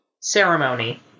ceremony